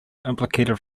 implicated